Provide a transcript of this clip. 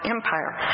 Empire